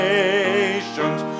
nations